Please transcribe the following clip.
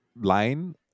line